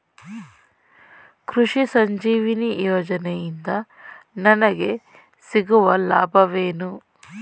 ಕೃಷಿ ಸಂಜೀವಿನಿ ಯೋಜನೆಯಿಂದ ನನಗೆ ಸಿಗುವ ಲಾಭವೇನು?